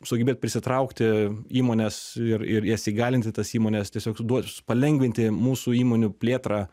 sugebėt prisitraukti įmones ir ir jas įgalinti tas įmones tiesiog duo palengvinti mūsų įmonių plėtrą